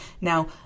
Now